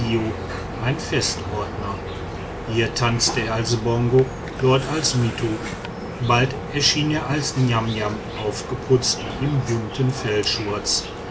ein festordner hier tanzte er als bongo dort als mittu bald erschien er als niamniam aufgeputzt im bunten fellschurz